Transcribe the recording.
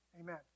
Amen